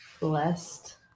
Blessed